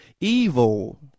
Evil